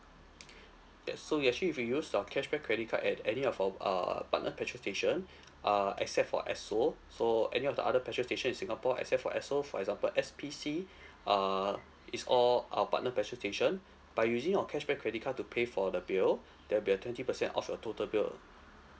ya so you actually use our cashback credit card at any of our err partner petrol station uh except for esso so any of the other petrol station in singapore except for esso for example S_P_C err it's all our partner petrol station by using our cashback credit card to pay for the bill there'll be a twenty percent off your total bill